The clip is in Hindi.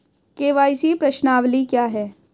के.वाई.सी प्रश्नावली क्या है?